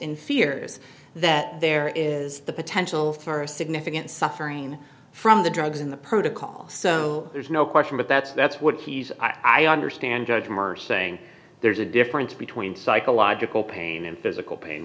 in fear is that there is the potential for significant suffering from the drugs in the protocol so there's no question but that's that's what he's i understand judge him or saying there's a difference between psychological pain and physical pain